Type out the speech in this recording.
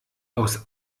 aus